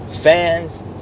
fans